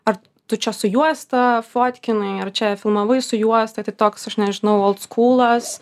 ar tu čia su juosta fotkinai ar čia filmavai su juosta tai toks aš nežinau oldskūlas